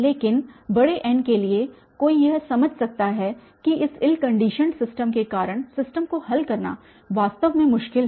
लेकिन बड़े n के लिए कोई यह समझ सकता है कि इस इल कन्डिशन्ड सिस्टम के कारण सिस्टम को हल करना वास्तव में मुश्किल है